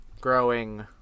growing